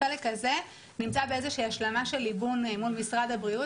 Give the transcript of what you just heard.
החלק הזה נמצא באיזושהי השלמה של ליבון מול משרד הבריאות.